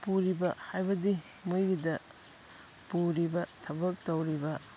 ꯄꯨꯔꯤꯕ ꯍꯥꯏꯕꯗꯤ ꯃꯣꯏꯒꯤꯗ ꯄꯨꯔꯤꯕ ꯊꯕꯛ ꯇꯧꯔꯤꯕ